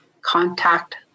contact